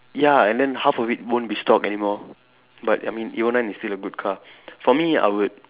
ya and then half of it won't be stocked anymore but I mean evo nine is still a good car for me I would